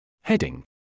Heading